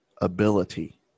ability